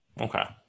Okay